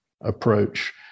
approach